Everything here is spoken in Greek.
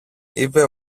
είπε